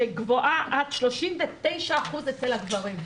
שגבוהה עד 39% אצל הגברים.